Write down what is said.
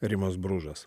rimas bružas